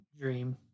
dream